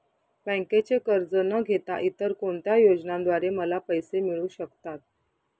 बँकेचे कर्ज न घेता इतर कोणत्या योजनांद्वारे मला पैसे मिळू शकतात?